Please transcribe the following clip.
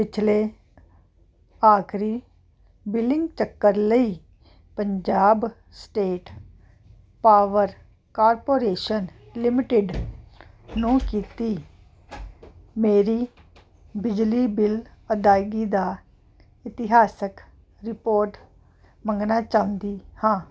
ਪਿਛਲੇ ਆਖਰੀ ਬਿਲਿੰਗ ਚੱਕਰ ਲਈ Punjab state power corporation limited ਨੂੰ ਕੀਤੀ ਮੇਰੀ ਬਿਜਲੀ ਬਿੱਲ ਅਦਾਇਗੀ ਦਾ ਇਤਿਹਾਸਕ ਰਿਪੋਰਟ ਮੰਗਣਾ ਚਾਹੁੰਦੀ ਹਾਂ